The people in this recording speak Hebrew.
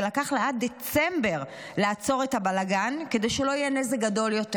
ולקח לה עד דצמבר לעצור את הבלגן כדי שלא יהיה נזק גדול יותר.